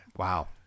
wow